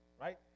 Right